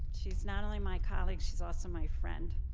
she's not only my colleague, she's also my friend.